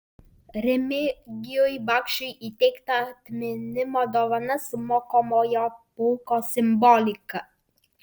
remigijui bakšiui įteikta atminimo dovana su mokomojo pulko simbolika